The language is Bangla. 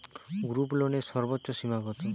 গ্রুপলোনের সর্বোচ্চ সীমা কত?